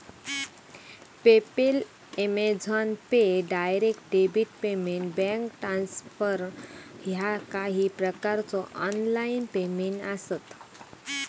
PayPal, Amazon Pay, direct debit payment, bank transfer ह्या काही प्रकारचो ऑनलाइन पेमेंट आसत